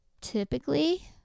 typically